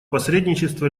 посредничество